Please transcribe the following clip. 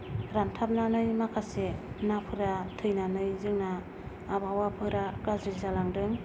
रानथाबनानै माखासे नाफोरा थैनानै जोंना आबहावाफोरा गाज्रि जालांदों